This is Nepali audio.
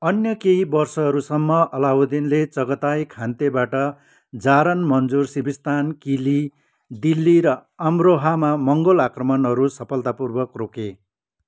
अन्य केही वर्षहरूसम्म अलाउद्दिनले चगताई खानतेबाट जारान मन्जुर सिभिस्तान किली दिल्ली र अमरोहामा मङ्गोल आक्रमणहरू सफलतापूर्वक रोके